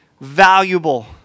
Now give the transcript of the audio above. valuable